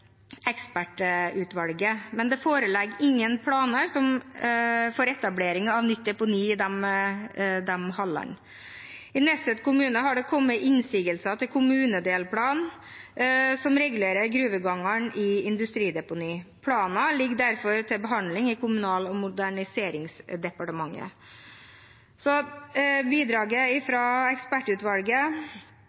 foreligger ingen planer for etablering av nytt deponi i disse hallene. I Nesset kommune har det kommet innsigelser til kommunedelplanen som regulerer gruvegangene i industrideponiet. Planen ligger derfor til behandling i Kommunal- og moderniseringsdepartementet. Så bidraget fra ekspertutvalget